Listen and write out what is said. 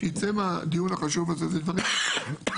שייצא מהדיון החשוב הזה זה משהו פרקטי.